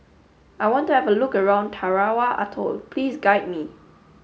I want to have a look around Tarawa Atoll please guide me